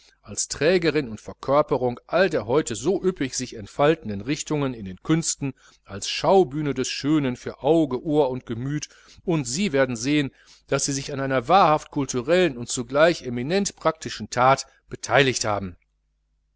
als trägerin und verkörperung all der heute so üppig sich entfaltenden richtungen in den künsten als schaubühne des schönen für auge ohr und gemüt und sie werden sehen daß sie sich an einer wahrhaft kulturellen und zugleich eminent praktischen that beteiligt haben